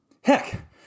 Heck